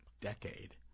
decade